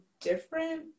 different